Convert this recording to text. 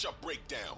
breakdown